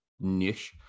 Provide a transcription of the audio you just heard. niche